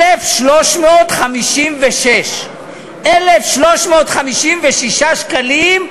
1,356. 1,356 שקלים,